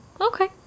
okay